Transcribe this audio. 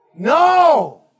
No